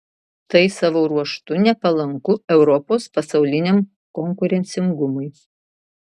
tai savo ruožtu nepalanku europos pasauliniam konkurencingumui